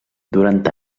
durant